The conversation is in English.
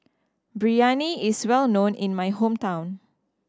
Biryani is well known in my hometown